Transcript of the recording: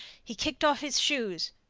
he kicked off his shoes,